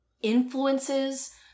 influences